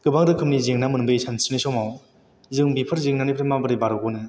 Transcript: गोबां रोखोमनि जेंना मोनबोयो सानस्रिनाय समाव जों बेफोर जेंनानिफ्राय माबोरै बारग'नो